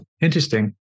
Interesting